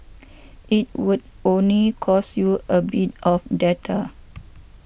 it would only cost you a bit of data